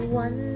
one